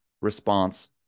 response